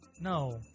No